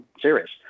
serious